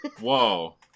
Whoa